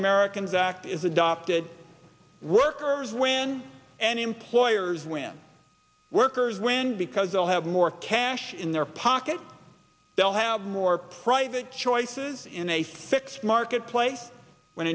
americans act is adopted workers women and employers when workers win because they'll have more cash in their pockets they'll have more private choices in a fixed market place when